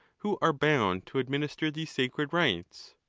who are bound to administer these sacred rites?